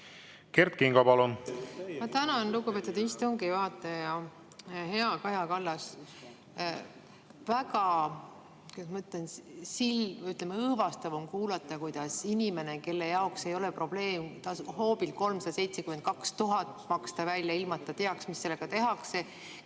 Kert Kingo, palun!